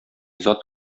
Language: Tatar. зат